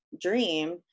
dream